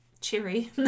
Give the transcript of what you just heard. Cheery